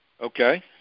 Okay